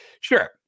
sure